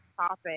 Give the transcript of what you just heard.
topic